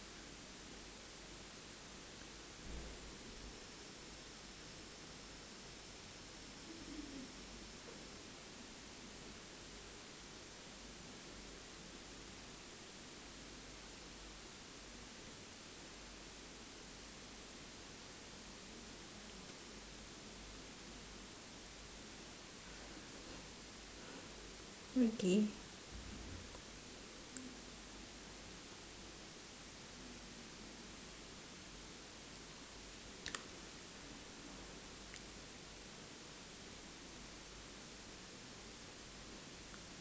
okay